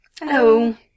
Hello